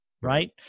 right